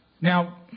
Now